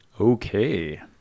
Okay